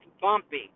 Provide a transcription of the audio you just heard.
bumpy